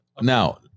Now